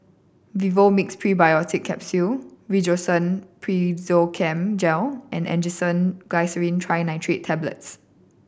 Vivomixx Probiotics Capsule Rosiden Piroxicam Gel and Angised Glyceryl Trinitrate Tablets